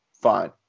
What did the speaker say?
fine